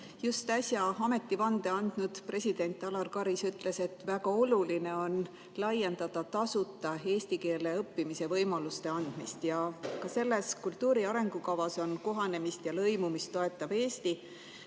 Just äsja ametivande andnud president Alar Karis ütles, et väga oluline on laiendada tasuta eesti keele õppimise võimaluste andmist. Ka selles kultuuri arengukavas on kohanemist ja lõimumist toetav Eesti,